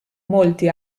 molti